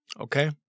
okay